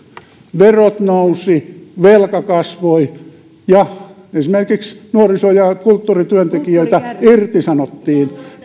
verot nousivat velka kasvoi ja esimerkiksi nuoriso ja kulttuurityöntekijöitä irtisanottiin